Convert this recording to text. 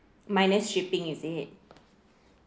minus shipping is it